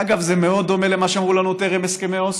אגב, זה מאוד דומה למה שאמרו לנו טרם הסכמי אוסלו: